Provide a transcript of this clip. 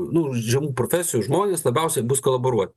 nu žemų profesijų žmonės labiausiai bus kolaboruoti